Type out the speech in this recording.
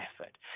effort